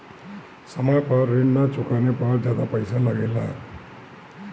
समय पर ऋण ना चुकाने पर ज्यादा पईसा लगेला?